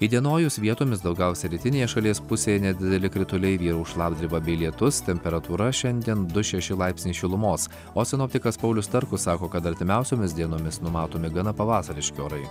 įdienojus vietomis daugiausiai rytinėje šalies pusėje nedideli krituliai vyraus šlapdriba bei lietus temperatūra šiandien du šeši laipsnius šilumos o sinoptikas paulius starkus sako kad artimiausiomis dienomis numatomi gana pavasariški orai